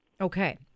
Okay